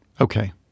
okay